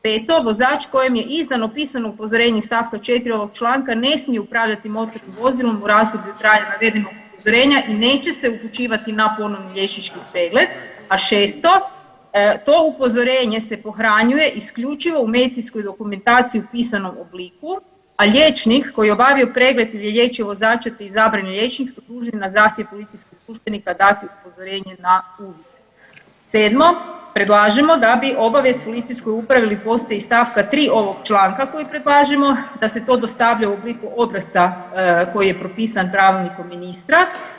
Peto, vozač kojem je izdano pisano upozorene iz st. 4.ovog članka ne smije upravljati motornim vozilom u razdoblju trajanja navedenog upozorenja i neće se upućivati na ponovni liječnički, a šesto, to upozorenje se pohranjuje isključivo u medicinskoj dokumentaciji u pisanom obliku, a liječnik koji je obavio pregled ili liječio vozača … izabrani liječnik su dužni na zahtjev policijskih službenika dati upozorenje na … [[Govornica se ne razumije.]] Sedmo, predlažemo da bi obavijest policijskoj upravi ili postaji iz st. 3.ovog članka koji predlažemo da se to dostavlja u obliku obrasca koji je propisan pravilnikom ministra.